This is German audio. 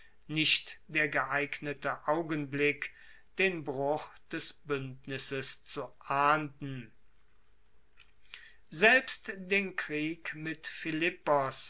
nicht der geeignete augenblick den bruch des buendnisses zu ahnden selbst den krieg mit philippos